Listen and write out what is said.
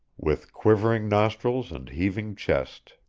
with quivering nostrils and heaving chest.